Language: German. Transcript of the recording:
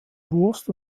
wurst